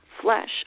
flesh